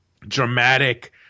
dramatic